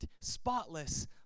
spotless